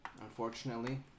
unfortunately